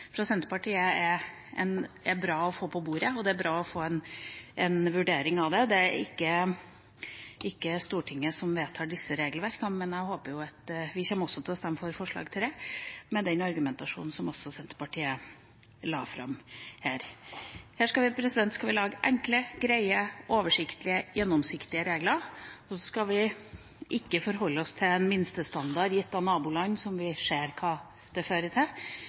er bra å få en vurdering av det – det er ikke Stortinget som vedtar disse regelverkene. Vi kommer også til å stemme for forslag nr. 3, med den argumentasjonen som Senterpartiet la fram her. Her skal vi lage enkle, greie, oversiktlige, gjennomsiktige regler. Og så skal vi ikke forholde oss til en minstestandard gitt av naboland, som vi ser hva fører til,